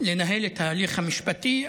לנהל את ההליך המשפטי,